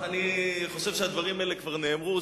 אני חושב שהדברים האלה כבר נאמרו,